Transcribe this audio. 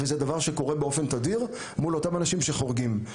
וזה דבר שקורה באופן תדיר מול אותם אנשים שחורגים.